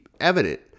evident